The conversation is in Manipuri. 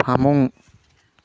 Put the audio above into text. ꯐꯃꯨꯡ